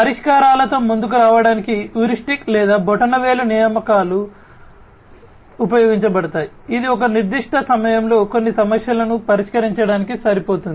పరిష్కారాలతో ముందుకు రావడానికి హ్యూరిస్టిక్స్ లేదా బొటనవేలు నియమాలు ఉపయోగించబడతాయి ఇది ఒక నిర్దిష్ట సమయంలో కొన్ని సమస్యలను పరిష్కరించడానికి సరిపోతుంది